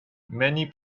many